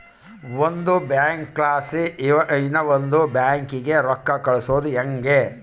ಒಂದು ಬ್ಯಾಂಕ್ಲಾಸಿ ಇನವಂದ್ ಬ್ಯಾಂಕಿಗೆ ರೊಕ್ಕ ಕಳ್ಸೋದು ಯಂಗೆ